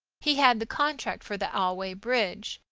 he had the contract for the allway bridge,